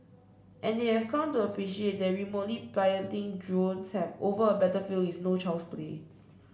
and they have come to appreciate that remotely piloting drones over a battlefield is no child's play